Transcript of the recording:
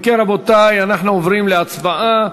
אם כן, רבותי, אנחנו עוברים להצבעה.